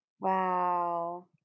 Wow